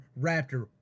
Raptor